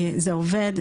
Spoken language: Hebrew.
זה עובד,